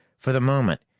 for the moment,